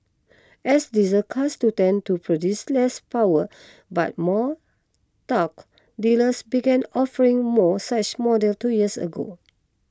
as diesel cars to tend to produce less power but more torque dealers began offering more such models two years ago